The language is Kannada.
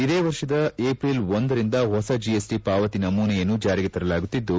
ಇದೇ ವರ್ಷದ ಏಪ್ರಿಲ್ ಒಂದರಿಂದ ಹೊಸ ಜಿಎಸ್ಟಿ ಪಾವತಿ ನಮೂನೆಯನ್ನು ಜಾರಿಗೆ ತರಲಾಗುತ್ತಿದ್ದು